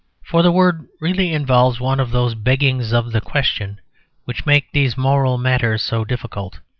for the word really involves one of those beggings of the question which make these moral matters so difficult.